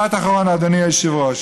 משפט אחרון, אדוני היושב-ראש.